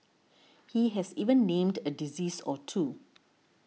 he has even named a disease or two